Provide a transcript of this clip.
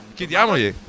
Chiediamogli